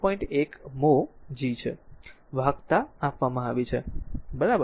1 mho G છે વાહકતા આપવામાં આવી છે બરાબર